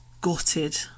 gutted